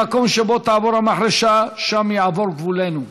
במקום שבו תעבור המחרשה, שם יעבור גבולנו.